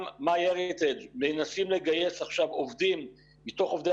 גם MyHeritage מנסים לגייס עכשיו עובדים מתוך עובדי